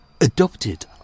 adopted